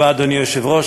אדוני היושב-ראש,